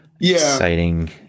exciting